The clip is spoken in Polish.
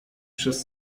przez